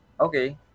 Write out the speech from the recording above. okay